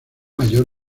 mayor